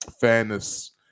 fairness